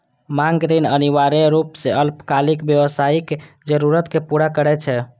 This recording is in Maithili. मांग ऋण अनिवार्य रूप सं अल्पकालिक व्यावसायिक जरूरत कें पूरा करै छै